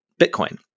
Bitcoin